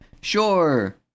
Sure